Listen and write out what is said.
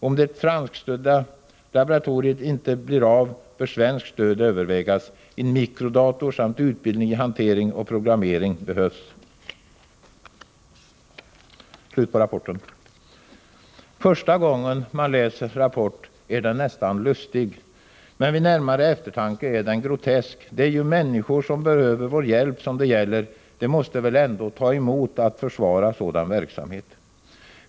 — Om det franskstödda laboratoriet inte blir av bör svenskt stöd övervägas. — En mikrodator samt utbildning i hantering och programmering behövs.” Första gången man läser rapporten finner man den nästan lustig, men vid närmare eftertanke är den grotesk. Det gäller ju människor som behöver vår hjälp. Det måste väl ändå ta emot att försvara sådan verksamhet.